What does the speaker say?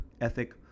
ethic